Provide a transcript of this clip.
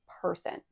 person